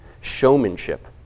showmanship